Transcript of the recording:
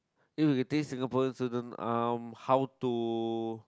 !eww! you think Singaporeans shouldn't um how to